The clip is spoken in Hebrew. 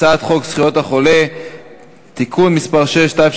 הצעת חוק זכויות החולה (תיקון מס' 6),